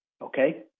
Okay